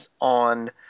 on